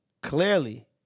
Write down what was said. clearly